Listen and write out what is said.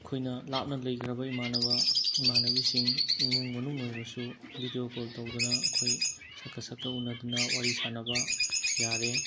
ꯑꯩꯈꯣꯏꯅ ꯂꯥꯞꯅ ꯂꯩꯈ꯭ꯔꯕ ꯏꯃꯥꯟꯅꯕ ꯏꯃꯥꯟꯅꯕꯤꯁꯤꯡ ꯏꯃꯨꯡ ꯃꯅꯨꯡ ꯑꯣꯏꯕꯁꯨ ꯚꯤꯗꯤꯌꯣ ꯀꯣꯜ ꯇꯧꯗꯨꯅ ꯑꯩꯈꯣꯏ ꯁꯥꯛꯀ ꯁꯥꯛꯀ ꯎꯟꯅꯗꯨꯅ ꯋꯥꯔꯤ ꯁꯥꯟꯅꯕ ꯌꯥꯔꯦ